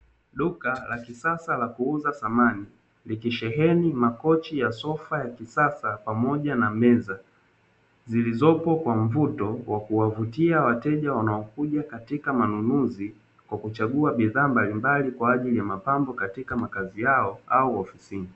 Duka la kisasa la kuuza Samani, likisheheni makochi ya sofa ya kisasa, pamoja na meza, zilizopo kwa mvuto wa kuwavutia wateja wanaokuja katika manunuzi, kwa kuchagua bidhaa mbalimbali kwa ajili ya mapambo katika makazi yao au ofisini.